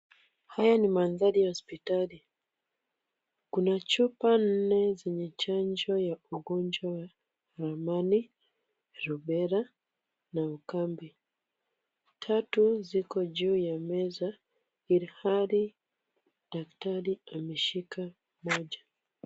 Haya ni manthari ya hospitali, kuna chupa nne zenye chanjo ya ugonjwa wa neumonia, rubela na ukambi, tatu ziko juu ya meza ilhali daktari ameshika moja.